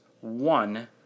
one